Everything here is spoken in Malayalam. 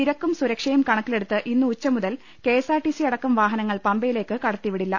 തിരക്കും സുരക്ഷയും കണക്കിലെടുത്ത് ഇന്ന് ഉച്ച മുതൽ കെ എസ് ആർ ടി സിയടക്കം വാഹനങ്ങൾ പമ്പയിലേക്ക് കടത്തിവി ടില്ല